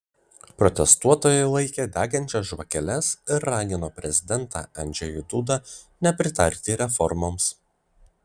protestuotojai laikė degančias žvakeles ir ragino prezidentą andžejų dudą nepritarti reformoms